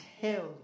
tell